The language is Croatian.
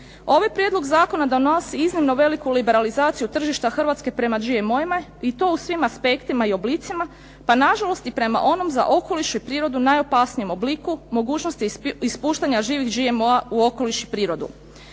Ovaj prijedlog zakona donosi iznimno veliku liberalizaciju tržišta prema GMO-ima i to u svim aspektima i oblicima, pa na žalost i prema onom za okolišu i prirodu najopasnijem obliku mogućnosti ispuštanja živih GMO-a u okoliš i prirodu.